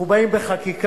אנחנו באים בחקיקה